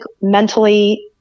mentally